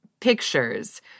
pictures